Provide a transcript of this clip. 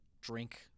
drink